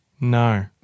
No